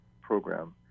program